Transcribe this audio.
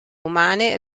umane